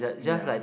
ya